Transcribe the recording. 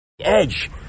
edge